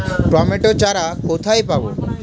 Tomato চারা কোথায় পাবো?